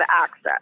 access